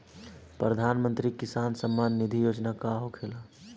प्रधानमंत्री किसान सम्मान निधि योजना का होखेला?